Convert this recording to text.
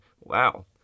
wow